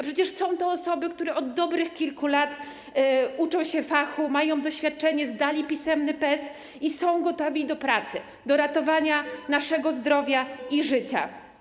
Przecież są to osoby, które od dobrych kilku lat uczą się fachu, mają doświadczenie, zdały pisemny test i są gotowe do pracy, do ratowania naszego zdrowia i życia.